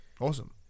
Awesome